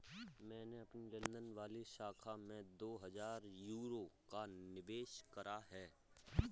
मैंने अपनी लंदन वाली शाखा में दो हजार यूरो का निवेश करा है